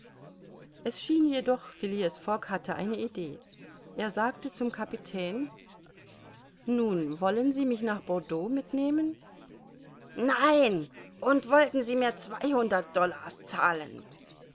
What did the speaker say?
es schien jedoch phileas fogg hatte eine idee er sagte zum kapitän nun wollen sie mich nach bordeaux mitnehmen nein und wollten sie mir zweihundert dollars zahlen